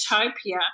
utopia